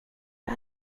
det